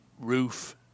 roof